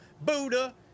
Buddha